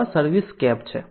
તો આ સર્વિસસ્કેપ છે